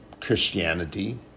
Christianity